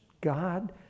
God